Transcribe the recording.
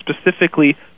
specifically